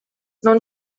non